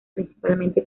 principalmente